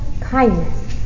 kindness